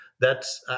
thats